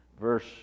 verse